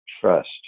trust